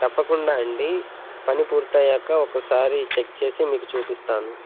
తప్పకుండా అండి పని పూర్తయ్యాక ఒకసారి చెక్ చేసి మీకు చూపిస్తాను